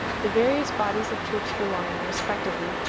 the various bodies of troops belonging, respectively,